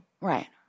Right